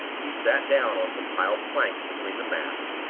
he sat down on some piled planks between the masts,